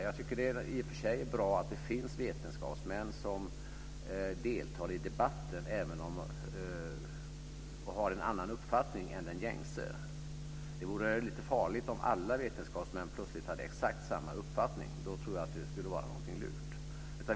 Jag tycker i och för sig att det är bra att det finns vetenskapsmän som deltar i debatten och har en annan uppfattning än den gängse. Det vore lite farligt om alla vetenskapsmän plötsligt hade exakt samma uppfattning - då tror jag att det skulle vara något lurt.